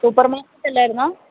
super മാര്ക്കറ്റല്ലായിരുന്നോ